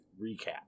recap